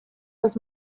was